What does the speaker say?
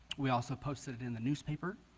we also posted it in the newspaper